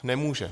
Nemůže.